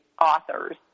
authors